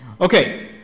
Okay